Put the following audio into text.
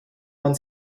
man